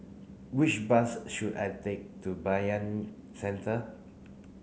which bus should I take to Bayanihan Centre